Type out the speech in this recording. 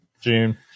June